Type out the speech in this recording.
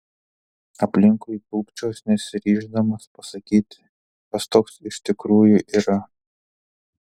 aplinkui tūpčios nesiryždamas pasakyti kas toks iš tikrųjų yra